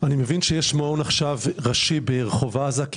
אני מבין שיש מעון עכשיו ראשי ברחוב עזה,